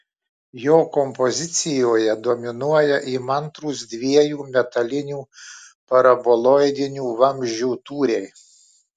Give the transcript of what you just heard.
jo kompozicijoje dominuoja įmantrūs dviejų metalinių paraboloidinių vamzdžių tūriai